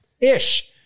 Ish